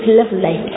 lovely